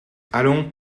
allons